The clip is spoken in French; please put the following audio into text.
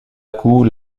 coup